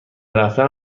رفتن